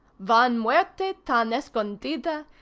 van muerte tan escondida,